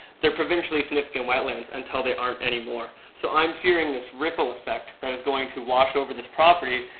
they're provincially significant wetlands until they aren't anymore. so i'm fearing this ripple effect that is going to wash over this property,